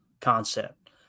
concept